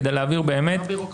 כדי להעביר --- ביורוקרטיה.